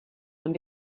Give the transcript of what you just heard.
and